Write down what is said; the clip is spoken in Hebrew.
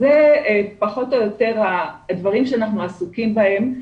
אלה פחות או יותר הדברים שאנחנו עסוקים בהם,